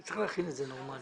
צריך להכין את זה נורמלי.